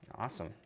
Awesome